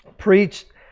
preached